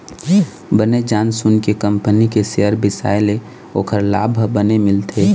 बने जान सून के कंपनी के सेयर बिसाए ले ओखर लाभ ह बने मिलथे